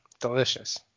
Delicious